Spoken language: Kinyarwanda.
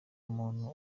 umuntu